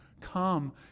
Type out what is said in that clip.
come